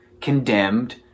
condemned